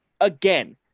Again